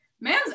man's